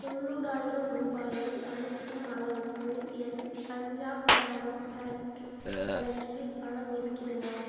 தொண்ணூறாயிரம் ரூபாயை அனுப்பும் அளவுக்கு என் பஞ்சாப் கிராமின் பேங்க் கணக்கில் பணம் இருக்கிறதா